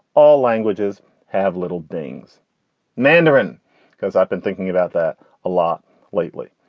all languages have little things mandarin because i've been thinking about that a lot lately.